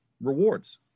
rewards